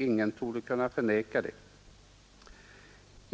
Ingen torde kunna förneka det.